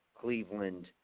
Cleveland